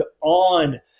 on